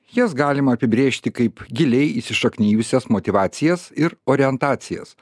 jas galima apibrėžti kaip giliai įsišaknijusias motyvacijas ir orientacijas